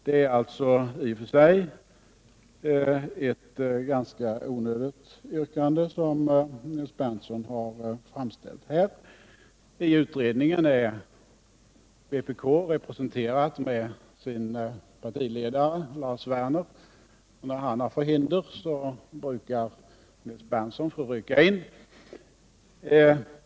Det är alltså i och för sig ett ganska onödigt yrkande som Nils Berndtson har ställt. I utredningen är vpk representerat med sin partiledare Lars Werner. När han har förhinder brukar Nils Berndtson få rycka in.